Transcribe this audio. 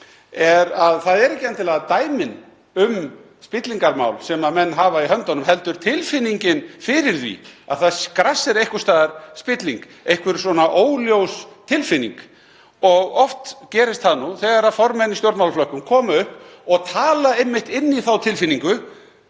er að það eru ekki endilega dæmin um spillingarmál sem menn hafa í höndunum, heldur tilfinningin fyrir því að einhvers staðar grasseri spilling, einhver svona óljós tilfinning. Oft gerist það nú þegar formenn í stjórnmálaflokkum koma upp og tala einmitt inn í þá tilfinningu,